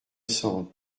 cent